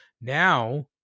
now